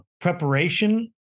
preparation